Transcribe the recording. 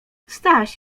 staś